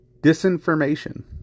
disinformation